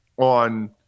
on